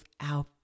out